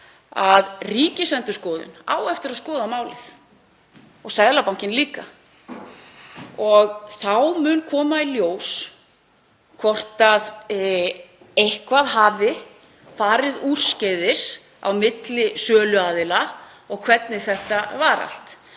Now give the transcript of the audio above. að Ríkisendurskoðun á eftir að skoða málið og Seðlabankinn líka. Þá mun koma í ljós hvort eitthvað hafi farið úrskeiðis á milli söluaðila og hvernig þetta var allt.